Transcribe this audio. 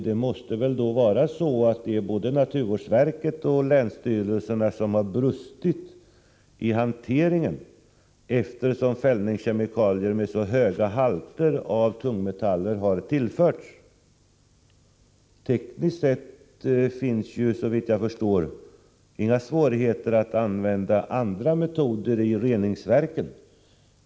Det måste väl vara både naturvårdsverket och länsstyrelserna som har brustit i hanteringen, eftersom fällningskemikalier med så höga halter av tungmetaller har tillförts. Tekniskt sett är det, såvitt jag förstår, inga svårigheter att använda andra metoder i reningsverken.